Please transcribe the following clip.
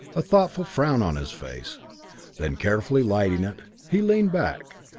a thoughtful frown on his face then carefully lighting it, he leaned back,